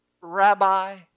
rabbi